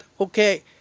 okay